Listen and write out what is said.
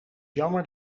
jammer